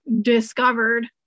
discovered